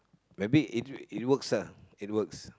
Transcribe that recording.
maybe it it works lah it works